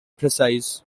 precise